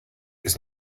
ist